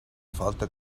falta